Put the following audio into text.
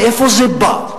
מאיפה זה בא?